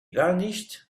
garnished